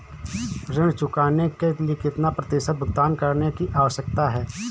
ऋण चुकाने के लिए कितना प्रतिशत भुगतान करने की आवश्यकता है?